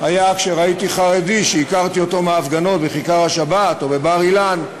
היה כשראיתי חרדי שהכרתי מהפגנות בכיכר-השבת או בבר-אילן,